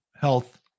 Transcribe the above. Health